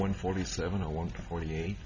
one forty seven or one forty eight